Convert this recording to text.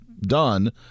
done